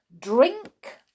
drink